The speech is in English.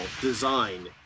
design